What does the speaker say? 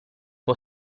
può